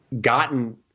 gotten